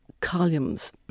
columns